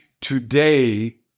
Today